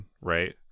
right